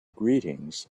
greetings